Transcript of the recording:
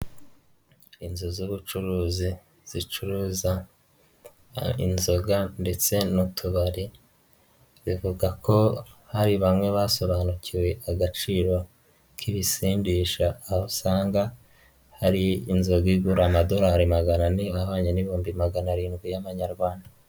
Inzu z'ubucuruzi zicuruza inzoga ndetse n'utubari, zivuga ko hari bamwe basobanukiwe agaciro k'ibisindisha aho usanga hari inzoga igura amadolari magana ane ahwanye n'ibihumbi magana arindwi y'amanyarwanda.